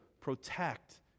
protect